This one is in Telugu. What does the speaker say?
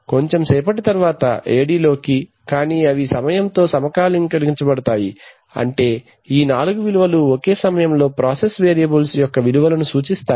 కొంచెం సేపటి తరువాత AD లోకి కానీ అవి సమయం తో సమకాలీకరించబడతాయి అంటే ఆ నాలుగు విలువలు ఒకే సమయంలో ప్రాసెస్ వేరియబుల్స్ యొక్క విలువలను సూచిస్తాయి